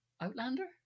outlander